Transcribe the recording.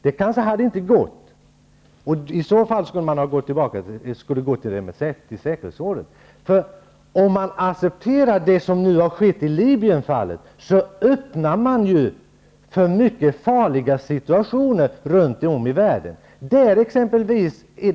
Det hade kanske inte gått, och i så fall skulle man ha gått till säkerhetsrådet. Men om man accepterar det som nu har skett i Libyenfallet, öppnar man ju för mycket farliga situationer runt om i världen.